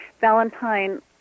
Valentine